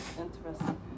interesting